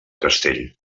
castell